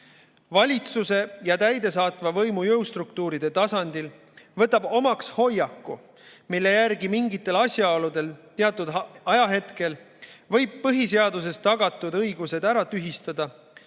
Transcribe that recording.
valitsuse ja täidesaatva võimu jõustruktuuride tasandil võtab omaks hoiaku, mille järgi mingitel asjaoludel teatud ajahetkel võib põhiseaduses tagatud õigused tühistada,